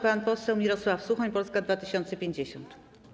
Pan poseł Mirosław Suchoń, Polska 2050.